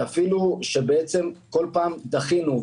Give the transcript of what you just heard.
למרות שכל פעם דחינו,